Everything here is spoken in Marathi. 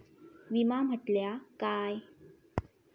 विमा म्हटल्या काय?